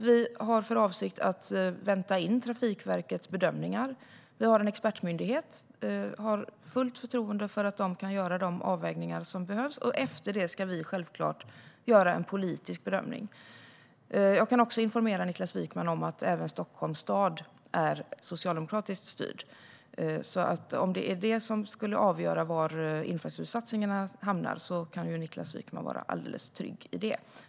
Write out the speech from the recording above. Vi har för avsikt att vänta in Trafikverkets bedömningar. Vi har en expertmyndighet och har fullt förtroende för att den kan göra de avvägningar som behövs. Efter det ska vi självklart göra en politisk bedömning. Jag kan också informera Niklas Wykman om att även Stockholms stad är socialdemokratiskt styrd. Om det är detta som skulle avgöra var infrastruktursatsningarna hamnar kan Niklas Wykman alltså vara alldeles trygg.